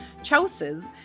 chouses